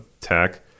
tech